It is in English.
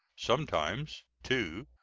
sometimes, too,